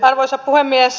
arvoisa puhemies